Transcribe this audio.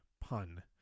pun